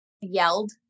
yelled